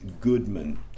Goodman